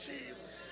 Jesus